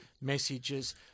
messages